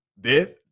death